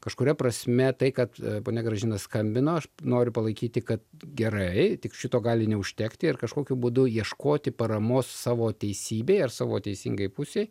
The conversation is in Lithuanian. kažkuria prasme tai kad ponia gražina skambino aš noriu palaikyti kad gerai tik šito gali neužtekti ir kažkokiu būdu ieškoti paramos savo teisybei ar savo teisingai pusei